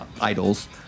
idols